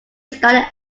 started